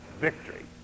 victory